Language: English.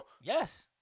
Yes